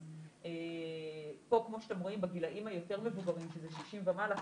אז פה כמו שאתם רואים בגילאים היותר מבוגרים שזה 60 ומעלה,